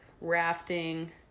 rafting